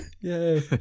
Yay